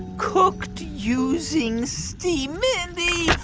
cooked using steam. mindy,